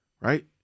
right